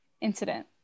incident